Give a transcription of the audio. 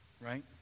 right